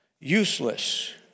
useless